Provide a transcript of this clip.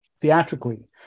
theatrically